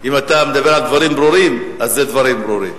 אם אתה מדבר על דברים ברורים, אז זה דברים ברורים.